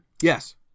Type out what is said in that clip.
Yes